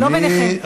לא ביניכם.